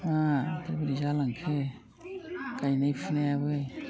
बोरै जालांखो गायनाय फुनायाबो